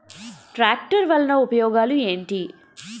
Tractor వల్ల ఉపయోగాలు ఏంటీ?